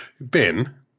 Ben